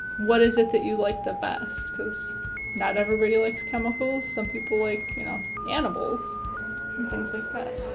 what is it that you like the best because not everybody likes chemicals some people like you know animals and things like that.